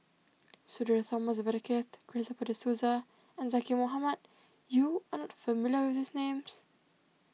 Sudhir Thomas Vadaketh Christopher De Souza and Zaqy Mohamad you are not familiar with these names